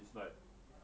is like